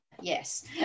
Yes